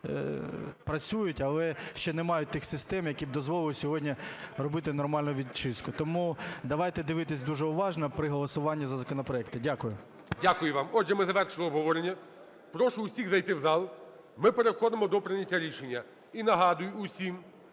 працюють, але ще не мають тих систем, які б дозволити сьогодні робити нормальну відчистку. Тому давайте дивитися дуже уважно при голосуванні за законопроекти. Дякую. ГОЛОВУЮЧИЙ. Дякую вам. Отже, ми завершили обговорення. Прошу усіх зайти в зал. Ми переходимо до прийняття рішення і нагадую усім,